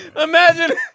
imagine